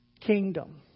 kingdom